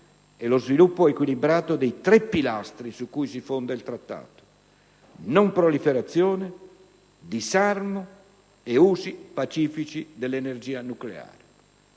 e lo sviluppo equilibrato dei tre pilastri su cui si fonda il Trattato: non proliferazione, disarmo e usi pacifici dell'energia nucleare.